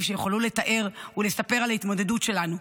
שיוכלו לתאר ולספר על ההתמודדות שלנו.